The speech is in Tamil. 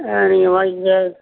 ஆ நீங்கள் வாங்கிக்கோங்க